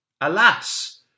Alas